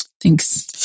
Thanks